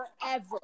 Forever